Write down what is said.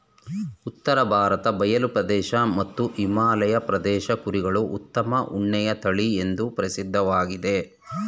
ಉತ್ತರ ಭಾರತ ಬಯಲು ಪ್ರದೇಶ ಮತ್ತು ಹಿಮಾಲಯ ಪ್ರದೇಶದ ಕುರಿಗಳು ಉತ್ತಮ ಉಣ್ಣೆಯ ತಳಿಎಂದೂ ಪ್ರಸಿದ್ಧವಾಗಯ್ತೆ